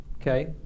okay